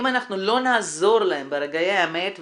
אם אנחנו לא נעזור להם ברגעי האמת,